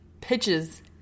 pitches